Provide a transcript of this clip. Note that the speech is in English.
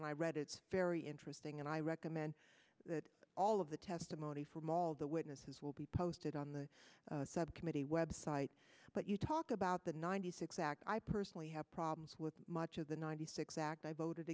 and i read it's very interesting and i recommend that all of the testimony from all the witnesses will be posted on the subcommittee website but you talk about the ninety six act i personally have problems with much of the ninety six act i voted